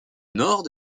nord